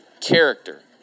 character